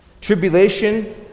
Tribulation